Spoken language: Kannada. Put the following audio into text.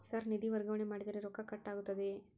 ಸರ್ ನಿಧಿ ವರ್ಗಾವಣೆ ಮಾಡಿದರೆ ರೊಕ್ಕ ಕಟ್ ಆಗುತ್ತದೆಯೆ?